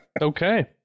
Okay